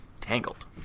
Tangled